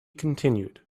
continued